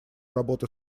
работы